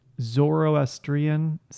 Zoroastrian